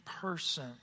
person